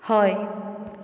हय